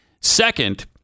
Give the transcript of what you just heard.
Second